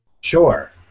Sure